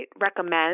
recommend